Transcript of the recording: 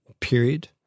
period